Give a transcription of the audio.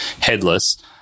headless